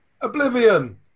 Oblivion